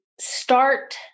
start